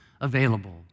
available